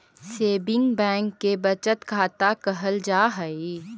saving bank के बचत खाता कहल जा हइ